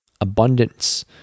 abundance